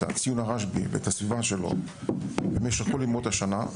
את ציון הרשב"י ואת הסביבה שלו במשך כל ימות השנה.